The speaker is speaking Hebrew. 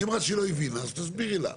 היא אמרה שהיא לא הבינה, אז תסבירי לה.